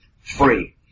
free